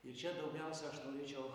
ir čia daugiausia aš norėčiau